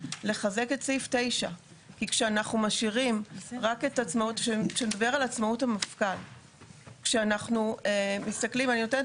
לחזק את סעיף 9. אני נותנת